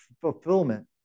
fulfillment